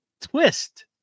twist